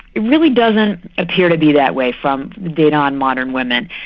it really doesn't appear to be that way from data on modern women.